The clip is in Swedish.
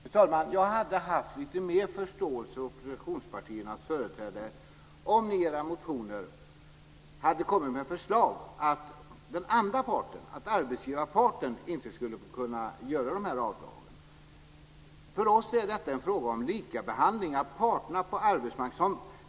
Fru talman! Jag hade haft lite mer förståelse för oppositionspartiernas företrädare om ni i era motioner hade kommit med förslag om att den andra parten, arbetsgivarparten, inte skulle kunna göra dessa avdrag. För oss är detta en fråga om likabehandling av parterna på arbetsmarknaden.